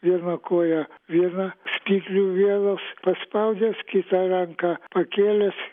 viena koja vieną stiklių vielos paspaudęs kitą ranką pakėlęs